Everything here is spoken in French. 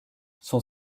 son